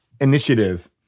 initiative